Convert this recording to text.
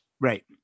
Right